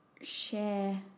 share